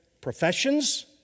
professions